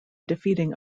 defeating